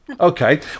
Okay